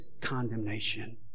condemnation